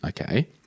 okay